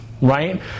right